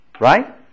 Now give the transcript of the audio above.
Right